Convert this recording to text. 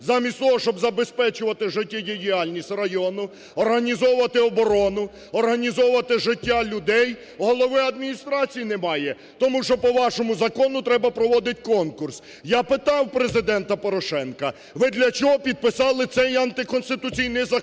Замість того, щоб забезпечувати життєдіяльність району, організовувати оборону, організовувати життя людей – голови адміністрації немає, тому що по вашому закону треба проводить конкурс. Я питав Президента Порошенка: "Ви для чого підписали цей антиконституційний закон".